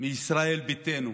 מישראל ביתנו,